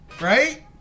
Right